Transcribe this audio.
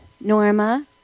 Norma